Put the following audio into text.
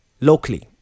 locally